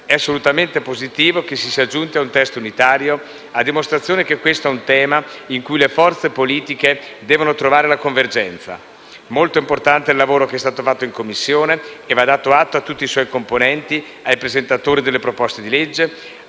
È assolutamente positivo che si sia giunti a un testo unitario, a dimostrazione che questo è un tema su cui le forze politiche devono trovare la convergenza. Molto importante è il lavoro che è stato fatto in Commissione e ne va dato atto a tutti i suoi componenti, ai presentatori delle proposte di legge,